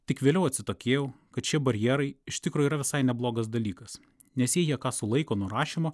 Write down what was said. tik vėliau atsitokėjau kad šie barjerai iš tikro yra visai neblogas dalykas nes jei jie ką sulaiko nuo rašymo